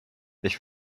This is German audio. ich